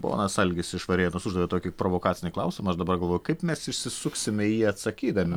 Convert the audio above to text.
ponas algis iš varėnos uždavė tokį provokacinį klausimą dabar galvoju kaip mes išsisuksime į jį atsakydami